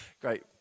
great